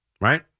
right